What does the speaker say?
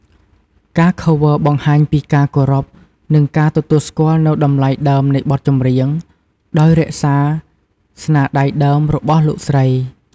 ការ Cover បង្ហាញពីការគោរព និងការទទួលស្គាល់នូវតម្លៃដើមនៃបទចម្រៀង ដោយរក្សាស្នាដៃដើមរបស់លោកស្រី។